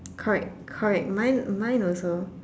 correct correct mine mine also